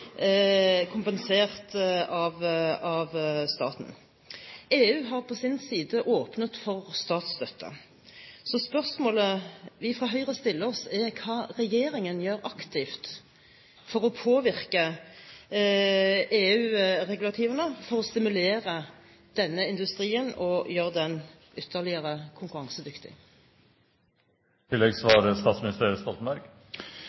sin side åpnet for statsstøtte. Spørsmålet vi fra Høyre stiller oss, er hva regjeringen aktivt gjør for å påvirke EU-regulativene, for å stimulere denne industrien og gjøre den ytterligere konkurransedyktig.